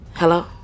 Hello